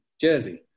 Jersey